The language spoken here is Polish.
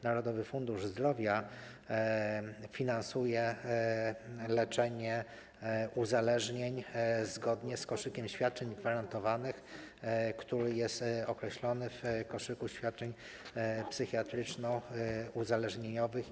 Narodowy Fundusz Zdrowia finansuje leczenie uzależnień zgodnie z koszykiem świadczeń gwarantowanych, który jest określony w ramach koszyka świadczeń psychiatryczno-uzależnieniowych.